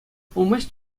пулмасть